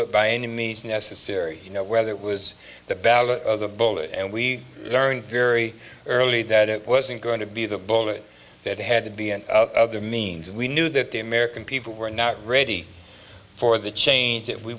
it by any means necessary you know whether it was the ballot of the bullet and we learned very early that it wasn't going to be the bullet that had to be an other means we knew that the american people were not ready for the change that we